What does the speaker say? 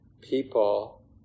people